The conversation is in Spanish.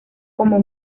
como